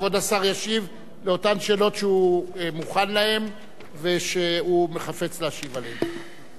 כבוד השר ישיב על אותן שאלות שהוא מוכן להן ושהוא חפץ להשיב עליהן.